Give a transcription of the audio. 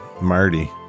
Marty